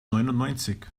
neunundneunzig